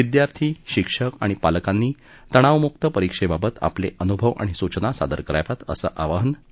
विद्यार्थी शिक्षक आणि पालकांनी तणावमुक्त परीक्षेबाबत आपले अनुभव आणि सूचना सादर कराव्यात असं आवाहन मोदी यांनी केलं आहे